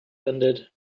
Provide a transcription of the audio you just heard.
ended